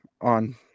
on